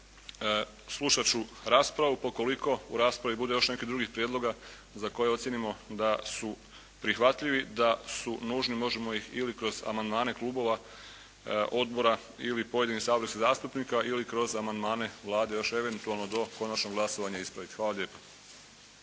Slušat ću raspravu, pa ukoliko u raspravi bude još nekih drugih prijedloga za koje ocijenimo da su prihvatljivi, da su nužni, možemo ih ili kroz amandmane klubova, odbora ili pojedinih saborskih zastupnika ili kroz amandmane Vlade, još eventualno do konačnog glasovanja ispraviti. Hvala lijepa.